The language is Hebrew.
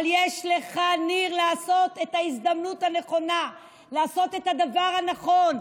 אבל יש לך, ניר, הזדמנות לעשות את הדבר הנכון.